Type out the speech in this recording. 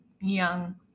young